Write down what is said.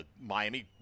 Miami